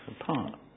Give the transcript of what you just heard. apart